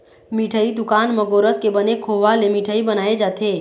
मिठई दुकान म गोरस के बने खोवा ले मिठई बनाए जाथे